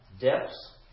depths